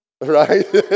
Right